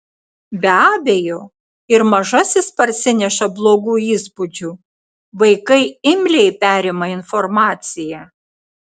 be abejo ir mažasis parsineša blogų įspūdžių vaikai imliai perima informaciją